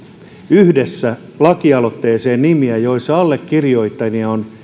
yhdessä nimiä meidän lakialoitteeseen jossa allekirjoittajia on